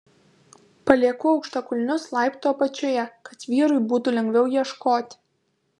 palieku aukštakulnius laiptų apačioje kad vyrui būtų lengviau ieškoti